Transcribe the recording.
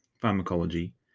Pharmacology